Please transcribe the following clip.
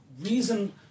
reason